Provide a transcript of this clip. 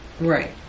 Right